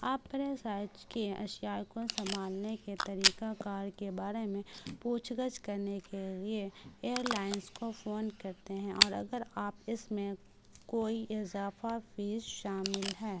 آپ برے سائز کی اشیا کو سنبھالنے کے طریقہ کار کے بارے میں پوچھ گچھ کرنے کے لیے ایئر لائنس کو فون کرتے ہیں اور اگر آپ اس میں کوئی اضافہ فیس شامل ہیں